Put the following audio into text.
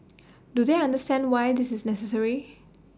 do they understand why this is necessary